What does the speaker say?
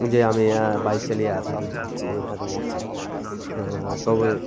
যে আমি বাইক চালিয়ে এত দূর যাচ্ছি এখানে যাচ্ছি তবে